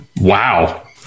wow